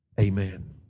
amen